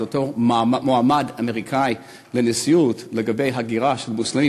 אותו מועמד אמריקני לנשיאות לגבי הגירה של מוסלמים